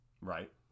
Right